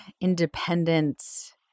independence